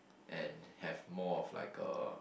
and have more of like a